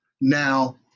now